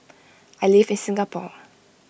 I live in Singapore